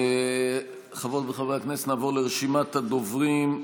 חברות וחברי הכנסת, נעבור לרשימת הדוברים.